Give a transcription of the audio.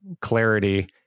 clarity